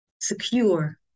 secure